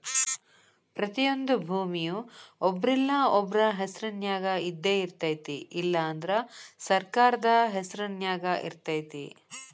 ಪ್ರತಿಯೊಂದು ಭೂಮಿಯ ಒಬ್ರಿಲ್ಲಾ ಒಬ್ರ ಹೆಸರಿನ್ಯಾಗ ಇದ್ದಯಿರ್ತೈತಿ ಇಲ್ಲಾ ಅಂದ್ರ ಸರ್ಕಾರದ ಹೆಸರು ನ್ಯಾಗ ಇರ್ತೈತಿ